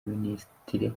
minisitiri